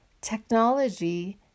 technology